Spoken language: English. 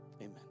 amen